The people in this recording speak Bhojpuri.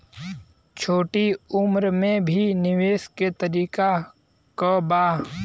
छोटी उम्र में भी निवेश के तरीका क बा?